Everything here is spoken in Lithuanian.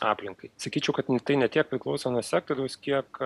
aplinkai sakyčiau kad tai ne tiek priklauso nuo sektoriaus kiek